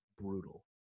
brutal